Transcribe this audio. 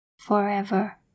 forever